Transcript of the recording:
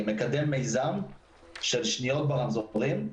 אני מקדם מיזם של שניות ברמזורים.